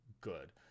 good